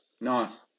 Nice